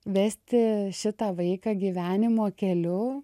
vesti šitą vaiką gyvenimo keliu